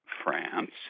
France